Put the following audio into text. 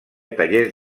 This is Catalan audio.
tallers